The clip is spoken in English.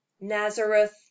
Nazareth